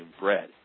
bread